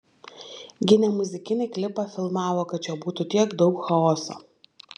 gi ne muzikinį klipą filmavo kad čia būtų tiek daug chaoso